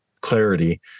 clarity